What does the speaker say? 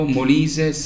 Molise